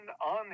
on